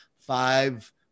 five